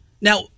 Now